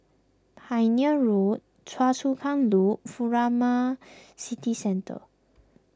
Pioneer Road Choa Chu Kang Loop Furama City Centre